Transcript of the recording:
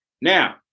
Now